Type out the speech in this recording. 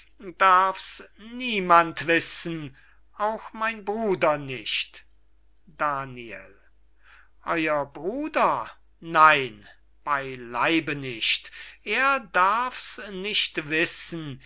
darf's niemand wissen auch mein bruder nicht daniel euer bruder nein beyleibe nicht er darf's nicht wissen